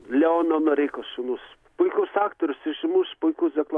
leono noreikos sūnus puikus aktorius ir žymus puikus deklamatorius